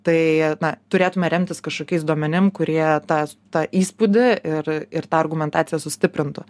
tai na turėtume remtis kažkokiais duomenim kurie tą tą įspūdį ir ir tą argumentaciją sustiprintų